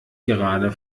gerade